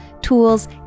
tools